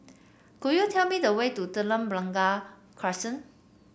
could you tell me the way to Telok Blangah Crescent